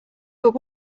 but